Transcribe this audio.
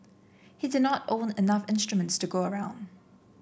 he did not own enough instruments to go around